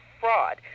fraud